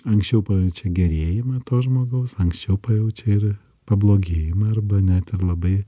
anksčiau pačia gerėjimą to žmogaus anksčiau pajaučia ir pablogėjimą arba net ir labai